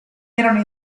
erano